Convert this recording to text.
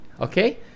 Okay